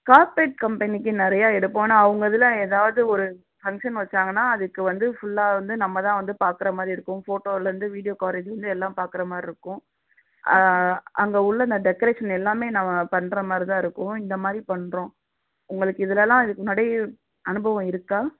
corporate கம்பெனிக்கு நிறையா எடுப்போம் ஆனால் அவங்க இதில் எதாவது ஒரு ஃபங்க்ஷன் வச்சாங்கன்னா அதுக்கு வந்து ஃபுல்லாக வந்து நம்ம தான் வந்து பார்க்குற மாதிரி இருக்கும் ஃபோட்டோலேருந்து வீடியோ கவரேஜில் இருந்து எல்லாம் பார்க்குற மாதிரி இருக்கும் அங்கே உள்ள இந்த டெக்ரேசன் எல்லாமே நம்ம பண்ணுற மாதிரி தான் இருக்கும் இந்த மாதிரி பண்ணுறோம் உங்களுக்கு இதுலெலாம் இதுக்கு முன்னாடி அனுபவம் இருக்கா